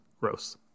gross